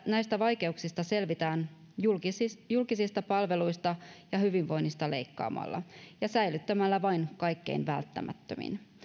näistä vaikeuksista selvitään julkisista julkisista palveluista ja hyvinvoinnista leikkaamalla ja säilyttämällä vain kaikkein välttämättömin